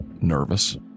nervous